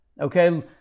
okay